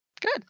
Good